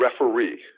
referee